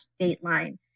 dateline